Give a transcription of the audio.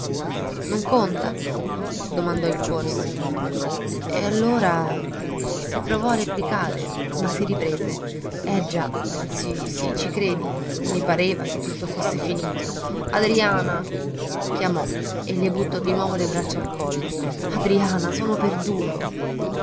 non conta domandò il corsi e allora si provò a replicare ma si riprese eh già sì sì ci credi i pareva che tutto fosse finito adriana chiamò e le buttò di nuovo le braccia al collo adriana sono perduto